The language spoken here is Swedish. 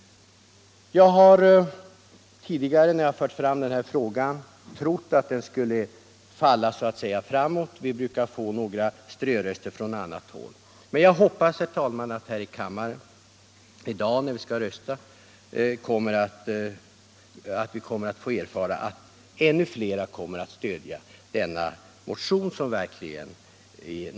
Tidigare när jag har fört fram denna fråga har jag trott att den så att säga skulle falla framåt. Vi brukar få några ströröster från annat håll. Jag hoppas att vi i dag vid röstningen kommer att få erfara att ännu fler än vanligt stöder denna motion.